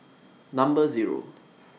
Number Zero